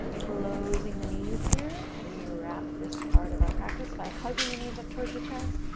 closing the knees here, we wrap this part of our practice by hugging the knees up towards the chest,